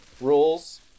Rules